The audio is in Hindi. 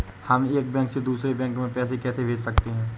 हम एक बैंक से दूसरे बैंक में पैसे कैसे भेज सकते हैं?